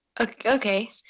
Okay